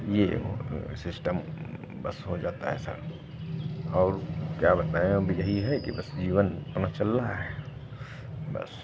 ये है सिस्टम बस हो जाता है सर और क्या बताएँ अब यही है जीवन अपना चल रहा है बस